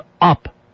up